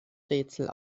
rätsel